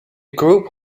group